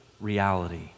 reality